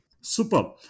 Super